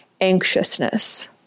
anxiousness